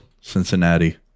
cincinnati